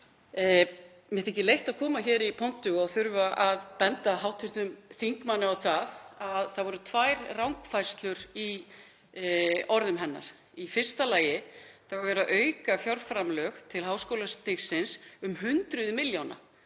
Mér þykir leitt að koma hér í pontu og þurfa að benda hv. þingmanni á að það voru tvær rangfærslur í orðum hennar. Í fyrsta lagi er verið að auka fjárframlög til háskólastigsins um hundruð milljóna.